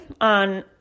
on